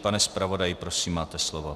Pane zpravodaji, prosím máte slovo.